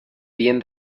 bien